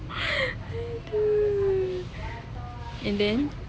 !aduh! and then